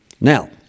Now